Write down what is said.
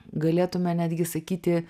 galėtume netgi sakyti